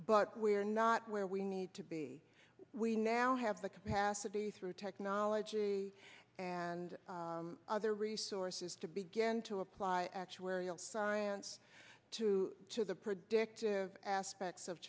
but we are not where we need to be we now have the capacity through technology and other resources to begin to apply actuarial science to to the predictive aspects of